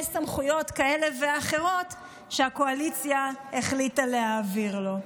סמכויות כאלה ואחרות שהקואליציה החליטה להעביר לו.